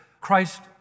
Christ